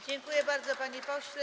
Dziękuję bardzo, panie pośle.